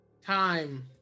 time